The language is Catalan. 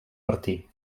bertí